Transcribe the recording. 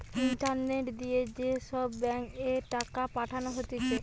internet দিয়ে যে সব ব্যাঙ্ক এ টাকা পাঠানো হতিছে